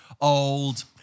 old